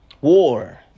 War